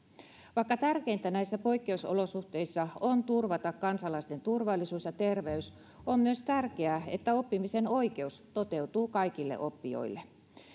vaikka tärkeintä näissä poikkeusolosuhteissa on turvata kansalaisten turvallisuus ja terveys on myös tärkeää että oppimisen oikeus toteutuu kaikille oppijoille